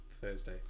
Thursday